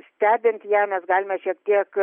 stebint ją mes galima šiek tiek